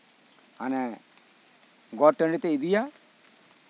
ᱦᱟᱱᱮ ᱜᱚᱴ ᱴᱟᱺᱰᱤᱛᱮᱭ ᱤᱫᱤᱭᱟ